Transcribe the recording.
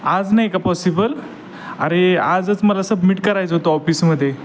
आज नाही का पॉसिबल अरे आजच मला सबमिट करायचं होतं ऑफिसमध्ये